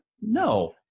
No